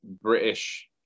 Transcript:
British